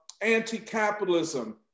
anti-capitalism